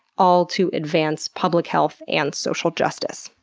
all to advance public health and social justice.